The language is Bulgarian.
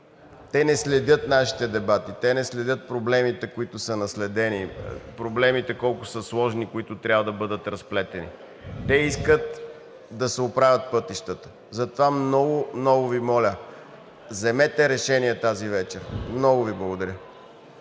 Те не следят нашите дебати, те не следят проблемите, които са наследени, проблемите колко са сложни, които трябва да бъдат разплетени. Те искат да се оправят пътищата. Затова много, много Ви моля – вземете решение тази вечер. Много Ви благодаря.